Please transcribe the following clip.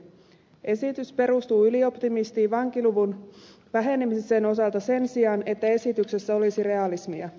esitys perustuu ylioptimismiin vankiluvun vähenemisen osalta sen sijaan että esityksessä olisi realismia